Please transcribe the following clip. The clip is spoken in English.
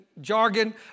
jargon